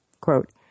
quote